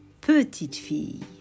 petite-fille